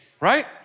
right